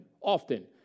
often